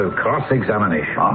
cross-examination